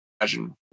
imagine